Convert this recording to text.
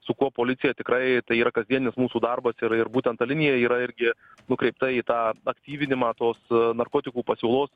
su kuo policija tikrai tai yra kasdieninis mūsų darbas ir ir būtent ta linija yra irgi nukreipta į tą aktyvinimą tos narkotikų pasiūlos